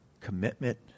commitment